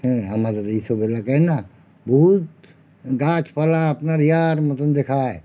হ্যাঁ আমার এইসব এলাকায় না বহুত গাছপালা আপনার ইয়ার মতন দেখায়